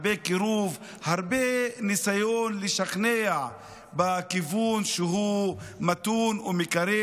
הרבה קירוב, הרבה ניסיון לשכנע בכיוון מתון ומקרב